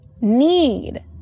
need